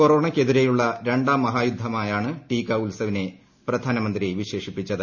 കൊറോണയ്ക്ക് എതിരെയുള്ള രണ്ടാം മഹായുദ്ധമായാണ് ടീക്ക ഉത്സവിനെ പ്രധാനമന്ത്രി വിശേഷിപ്പിച്ചത്